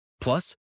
Plus